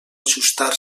ajustar